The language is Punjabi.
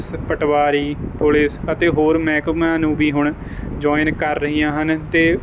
ਪਟਵਾਰੀ ਪੁਲਿਸ ਅਤੇ ਹੋਰ ਮਹਿਕਮਾ ਨੂੰ ਵੀ ਹੁਣ ਜੁਆਇਨ ਕਰ ਰਹੀਆਂ ਹਨ ਤੇ